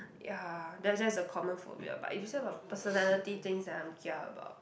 ya that's just the common phobia but if you say about personality things that I'm kia about